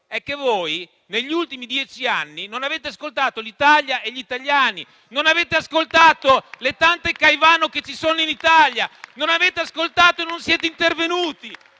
ma che voi, negli ultimi dieci anni, non avete ascoltato l'Italia e gli italiani; non avete ascoltato le tante "Caivano" che ci sono in Italia. Non avete ascoltato e non siete intervenuti!